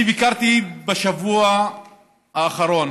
אני ביקרתי בשבוע האחרון